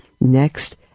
next